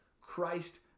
Christ